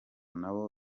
nabo